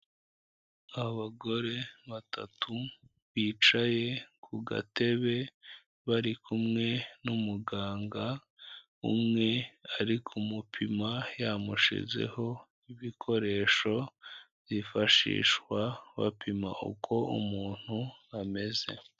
Abagore batatu bicaye ku gatebe, bari kumwe n'umuganga umwe, ari kumupima yamushyizeho ibikoresho byifashishwa bapima uko umuntu ameze.